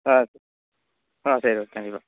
ஆ சரி கண்டிப்பாக